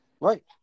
Right